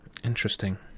interesting